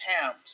tabs